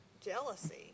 jealousy